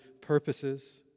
purposes